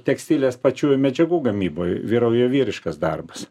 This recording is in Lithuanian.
tekstilės pačių medžiagų gamyboj vyrauja vyriškas darbas